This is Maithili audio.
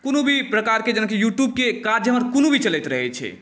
कोनो भी प्रकारके जेनाकि यूट्यूबके काज कोनो भी चलैत रहै छै